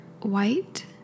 white